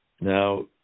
Now